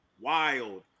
Wild